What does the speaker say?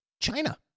China